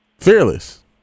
Fearless